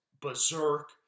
berserk